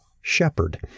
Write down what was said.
shepherd